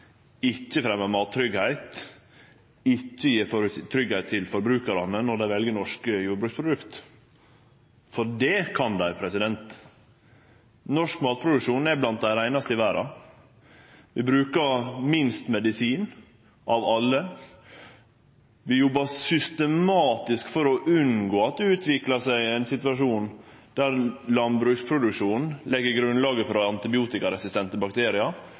ikkje er rein, ikkje fremjar mattryggleik og ikkje gjev forbrukarane tryggleik når dei vel norske jordbruksprodukt. Norsk matproduksjon er blant dei reinaste i verda. Vi brukar minst medisin av alle. Vi jobbar systematisk for å unngå at det utviklar seg ein situasjon der landbruksproduksjonen legg grunnlaget for å ha antibiotikaresistente bakteriar,